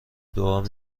دعا